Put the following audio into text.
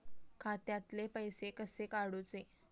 खात्यातले पैसे कसे काडूचे?